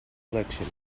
election